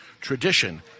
tradition